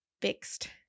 fixed